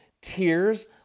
tears